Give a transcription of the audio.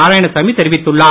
நாராயணசாமி தெரிவித்துள்ளார்